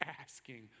asking